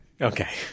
Okay